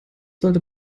sollte